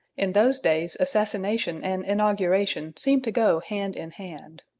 in those days assassination and inauguration seemed to go hand-in-hand.